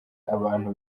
abantu